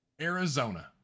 Arizona